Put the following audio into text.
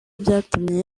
byatumye